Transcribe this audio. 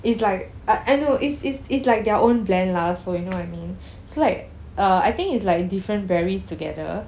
it's like I I no it's it's it's like their own blend lah so you know what I mean it's like uh I think it's like different berries together